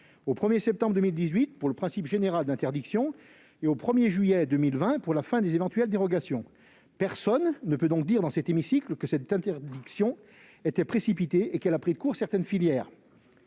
au 1septembre 2018 pour le principe général d'interdiction et au 1juillet 2020 pour la fin des éventuelles dérogations. Personne ne peut donc dire dans cet hémicycle que cette interdiction était précipitée et a pris de court certaines filières.